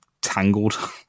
tangled